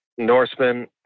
Norseman